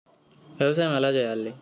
వ్యవసాయం ఎలా చేయాలి?